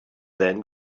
then